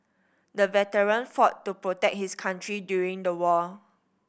the veteran fought to protect his country during the war